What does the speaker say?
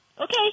Okay